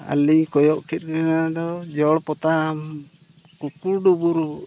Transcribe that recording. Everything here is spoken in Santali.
ᱟᱨ ᱞᱤᱧ ᱠᱚᱭᱚᱜ ᱠᱮᱫ ᱠᱤᱱᱟ ᱫᱚ ᱡᱚᱲ ᱯᱚᱛᱟᱢ ᱠᱩᱠᱰᱩᱵᱩᱨ